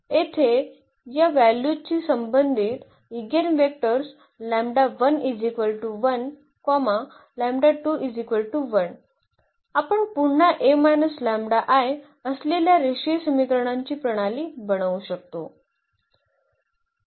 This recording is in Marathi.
येथे या व्हॅल्यूजशी संबंधित इगेनवेक्टर आपण पुन्हा असलेल्या रेषीय समीकरणांची प्रणाली बनवू शकतो